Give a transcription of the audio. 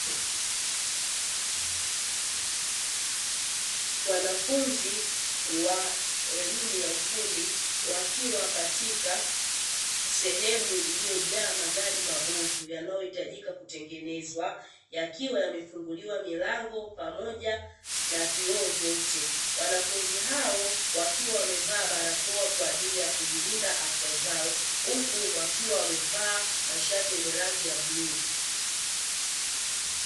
Wanafunzi wa elimu ya ufundi wakiwa katika sehemu iliyojaa magari mabovu; yanayohitajika kutengenezwa, yakiwa yamefunguliwa milango pamoja na vioo vyote. Wanafunzi hao wakiwa wamevaa barakoa kwa ajili ya kujilinda afya zao, huku wakiwa wamevaa mashati yenye rangi ya bluu.